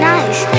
Nice